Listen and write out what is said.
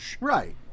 Right